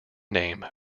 name